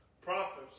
prophets